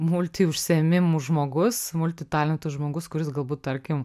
multiužsiėmimų žmogus multitalentų žmogus kuris galbūt tarkim